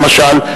למשל,